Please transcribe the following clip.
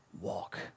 walk